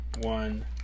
one